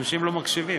אנשים לא מקשיבים.